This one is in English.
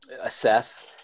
assess